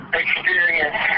experience